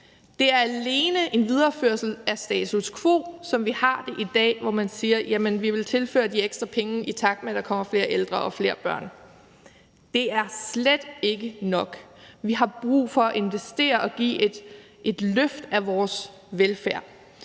Det er alene en videreførelse af status quo, som vi har det i dag, hvor man siger, at man vil tilføre de ekstra penge, i takt med at der kommer flere ældre og flere børn. Det er slet ikke nok, og vi har brug for at investere og give et løft af vores velfærd.